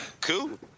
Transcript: Cool